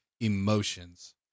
emotions